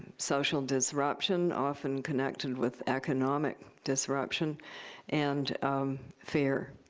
social disruption often connected with economic disruption and fear